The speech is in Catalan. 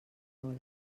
volen